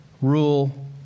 rule